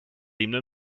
himno